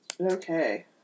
Okay